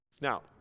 Now